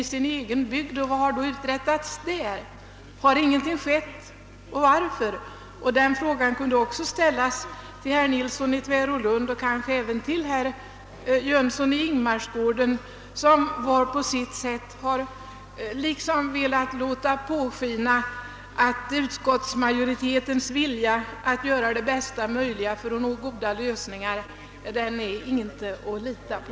Har ingenting blivit gjort och i så fall varför? Samma fråga kunde ställas till herr Nilsson i Tvärålund och kanske även till herr Jönsson i Ingemarsgården, vilka var och en på sitt sätt velat låta påskina att utskottsmajoritetens vilja att göra det bästa möjliga för att finna goda lösningar inte är att lita på.